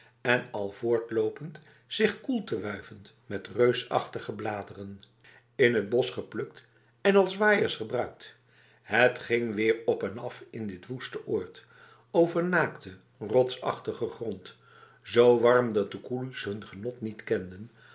en al voortlopend zich koelte toewuivend met reusachtige bladeren in het bos geplukt en als waaiers gebruikt het ging weer op en af in dit woeste oord over naakte rotsachtige grond zo warm dat de koelies hun genot niet kenden